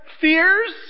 fears